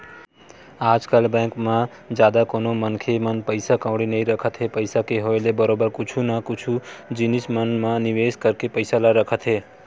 आजकल बेंक म जादा कोनो मनखे मन पइसा कउड़ी नइ रखत हे पइसा के होय ले बरोबर कुछु न कुछु जिनिस मन म निवेस करके पइसा ल रखत हे